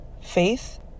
faith